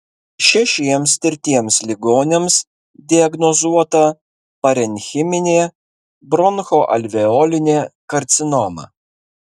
šešiems tirtiems ligoniams diagnozuota parenchiminė bronchoalveolinė karcinoma